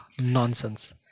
nonsense